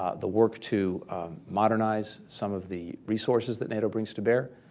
ah the work to modernize some of the resources that and it brings to bear.